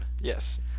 yes